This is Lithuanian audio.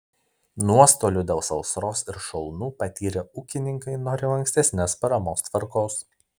nuostolių dėl sausros ir šalnų patyrę ūkininkai nori lankstesnės paramos tvarkos